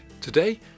Today